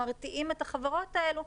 מרתיעים את החברות האלה,